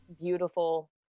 beautiful